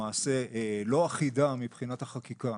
למעשה לא אחידה מבחינת החקיקה,